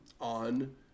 on